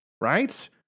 right